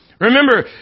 Remember